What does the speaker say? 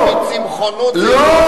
כי צמחונות זה אידיאולוגיה שאתה מקבל?